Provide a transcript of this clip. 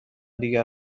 دیگر